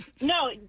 No